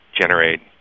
generate